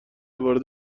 وارد